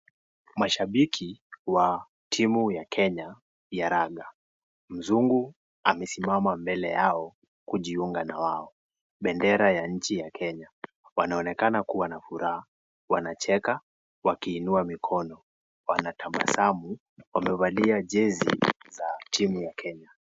Mashabiki wa timu ya kenya ya raga. Mzungu amesimama mbele yao kujiunga na wao. Bendera ya nchi ya Kenya. Wanaonekana kuwa na furaha, wanacheza wakiinua mikono. Wanatabasamu, wamevalia jezi za timu ya Kenya.